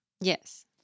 Yes